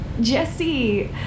Jesse